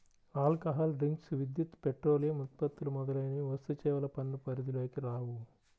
alcohol drinks, విద్యుత్, petroleum ఉత్పత్తులు మొదలైనవి వస్తుసేవల పన్ను పరిధిలోకి రావు